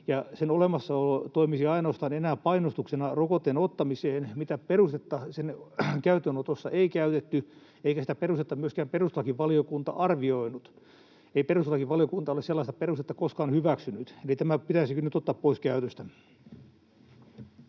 sen olemassaolo toimisi ainoastaan enää painostuksena rokotteen ottamiseen, mitä perustetta sen käyttöönotossa ei käytetty eikä sitä perustetta myöskään perustuslakivaliokunta arvioinut. Ei perustuslakivaliokunta ole sellaista perustetta koskaan hyväksynyt, eli tämä pitäisikin nyt ottaa pois käytöstä.